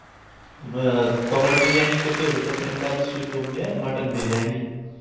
کۄکر بِریانی کٔرتو رِٹٲرٕنۍ اَمہِ بَدلہٕ سوٗزۍ تو مےٚ مَٹن بِریانی